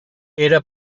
era